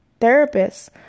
therapists